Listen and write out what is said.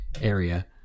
area